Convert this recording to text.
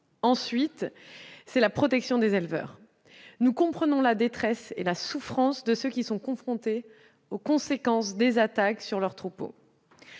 territoire et la protection des éleveurs. Nous comprenons la détresse et la souffrance de ceux qui sont confrontés aux conséquences des attaques sur leur troupeau.